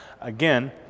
Again